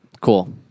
Cool